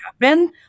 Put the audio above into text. happen